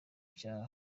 bya